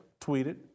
tweeted